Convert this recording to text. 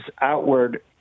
outward